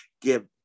give